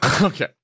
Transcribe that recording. Okay